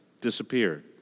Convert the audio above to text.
disappeared